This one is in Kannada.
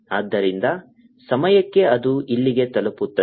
ಆದ್ದರಿಂದ ಸಮಯಕ್ಕೆ ಅದು ಇಲ್ಲಿಗೆ ತಲುಪುತ್ತದೆ